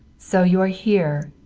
so you are here!